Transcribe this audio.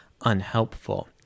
unhelpful